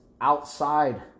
outside